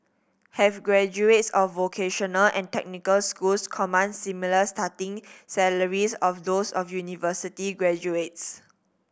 have graduates of vocational and technical schools command similar starting salaries of those of university graduates